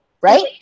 Right